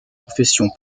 profession